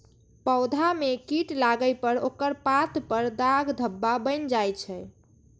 पौधा मे कीट लागै पर ओकर पात पर दाग धब्बा बनि जाइ छै